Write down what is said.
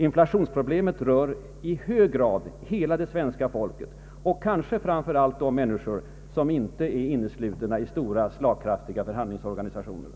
Inflationsproblemet rör i hög grad hela det svenska folket och kanske framför allt de människor som inte är inneslutna i stora och slagkraftiga förhandlingsorganisationer.